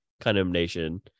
condemnation